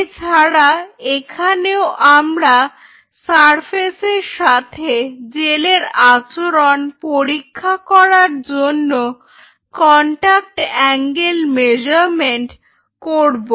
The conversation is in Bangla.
এছাড়া এখানেও আমরা সারফেসের সাথে জেলের আচরণ পরীক্ষা করার জন্য কন্টাক্ট অ্যাঙ্গেল মেজারমেন্ট করব